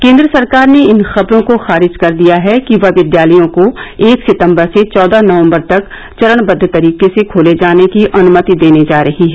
केन्द्र सरकार ने इन खबरों को खारिज कर दिया है कि वह विद्यालयों को एक सितम्बर से चौदह नवम्बर तक चरणबद्द तरीके से खोले जाने की अनुमति देने जा रही है